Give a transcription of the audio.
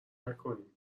نکنین